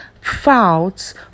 faults